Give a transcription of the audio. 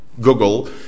Google